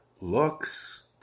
looks